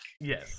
yes